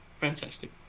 Fantastic